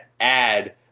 add